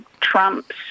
Trump's